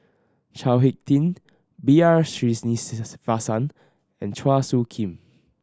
Chao Hick Tin B R Sreenivasan and Chua Soo Khim